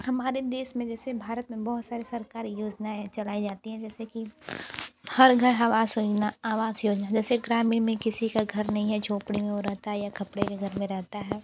हमारे देश में जैसे भारत में बहुत सार सरकारी योजनाएँ चलाई जाती हैं जैसे कि हर घर हवास योजना आवास योजना जैसे ग्रामीण में किसी का घर नहीं है झोपड़ी में वो रहता है या खपड़े के घर में रहता है